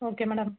okay madam